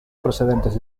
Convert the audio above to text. procedentes